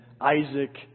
Isaac